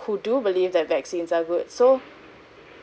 who do believe that vaccines are good so